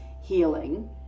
healing